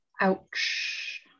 Ouch